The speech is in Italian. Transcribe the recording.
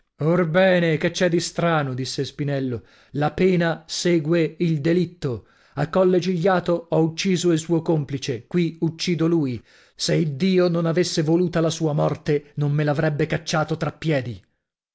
orbene che c'è di strano disse spinello la pena segue il delitto a colle gigliato ho ucciso il suo complice qui uccido lui se iddio non avesse voluta la sua morte non me l'avrebbe cacciato tra piedi